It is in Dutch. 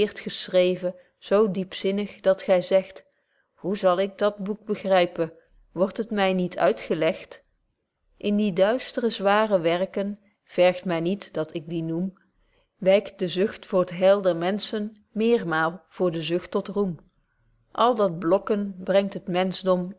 geschreven zo diepzinnig dat gy zegt hoe zal ik dat boek begrypen word het my niet uitgelegt in die duistre zware werken vergt my niet dat ik die noem wykt de zucht voor t heil der menschen méérmaal voor de zucht tot roem al dat blokken brengt het